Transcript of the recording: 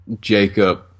Jacob